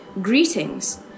Greetings